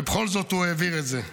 ובכל זאת הוא העביר את זה.